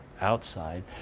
outside